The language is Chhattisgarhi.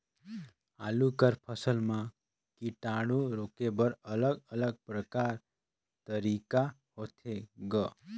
आलू कर फसल म कीटाणु रोके बर अलग अलग प्रकार तरीका होथे ग?